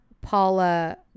Paula